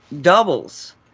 doubles